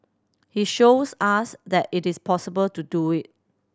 he shows us that it is possible to do it